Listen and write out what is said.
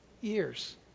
years